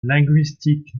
linguistique